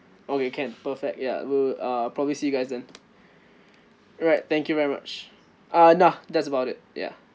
okay can perfect ya we'll uh probably you guys then alright thank you very much uh nah that's about it ya